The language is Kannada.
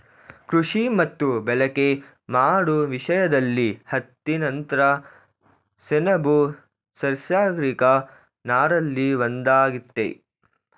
ಕೃಷಿ ಮತ್ತು ಬಳಕೆ ಮಾಡೋ ವಿಷಯ್ದಲ್ಲಿ ಹತ್ತಿ ನಂತ್ರ ಸೆಣಬು ನೈಸರ್ಗಿಕ ನಾರಲ್ಲಿ ಒಂದಾಗಯ್ತೆ